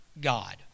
God